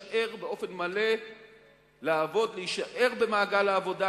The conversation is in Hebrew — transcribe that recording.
להישאר באופן מלא במעגל העבודה.